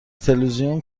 تلویزیون